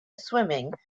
swimming